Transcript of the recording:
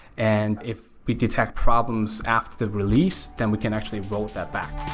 and if we detect problems after the release, then we can actually roll that back.